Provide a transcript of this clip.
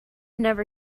never